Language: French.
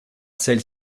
celle